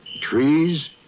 trees